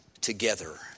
together